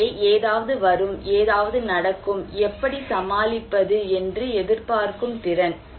எனவே ஏதாவது வரும் ஏதாவது நடக்கும் எப்படி சமாளிப்பது என்று எதிர்பார்க்கும் திறன்